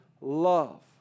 love